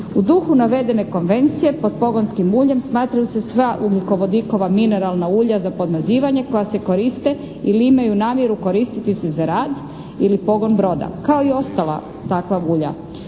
U duhu navedene konvencije pod pogonskim uljem smatraju se sva ugljikovodikova mineralna ulja za podmazivanje koja se koriste ili imaju namjeru koristiti se za rad ili pogon broda. Kao i ostala takva ulja.